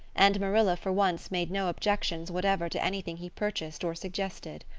and marilla for once made no objections whatever to anything he purchased or suggested.